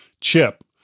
chip